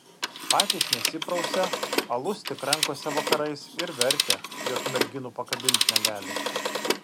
patys nesiprausia alus tik rankose vakarais ir verkia jog merginų pakabint negali